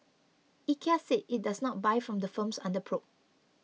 IKEA said it does not buy from the firms under probe